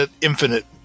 infinite